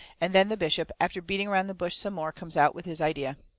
and then the bishop, after beating around the bush some more, comes out with his idea.